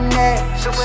next